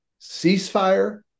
ceasefire